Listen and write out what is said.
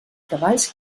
treballs